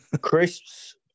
Crisps